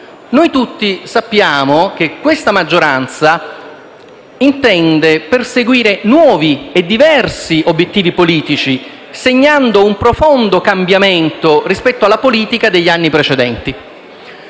noi tutti sappiamo che questa maggioranza intende perseguire nuovi e diversi obiettivi politici, segnando un profondo cambiamento rispetto alla politica degli anni precedenti.